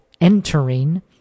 entering